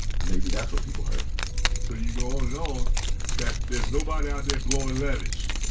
maybe that's what people heard so you go on and on that there's nobody out there blowing levees.